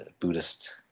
Buddhist